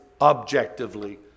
objectively